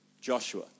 Joshua